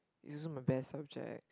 is also my best subject